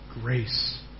grace